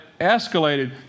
escalated